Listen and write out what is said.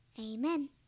Amen